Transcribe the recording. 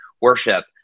worship